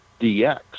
dx